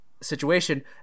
situation